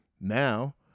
now